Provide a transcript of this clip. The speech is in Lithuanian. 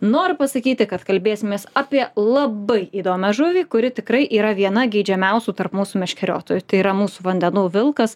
noriu pasakyti kad kalbėsimės apie labai įdomią žuvį kuri tikrai yra viena geidžiamiausių tarp mūsų meškeriotojų tai yra mūsų vandenų vilkas